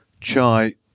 chai